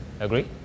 Agree